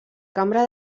cambra